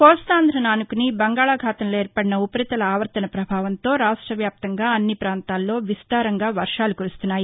కోస్తాంధ్రను ఆనుకుని బంగాళాఖాతంలో ఏర్పడిన ఉపరితల ఆవర్తన ప్రభావంతో రాష్ట వ్యాప్తంగా అన్ని ప్రాంతాల్లో విస్తారంగా వర్వాలు కురుస్తున్నాయి